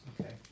Okay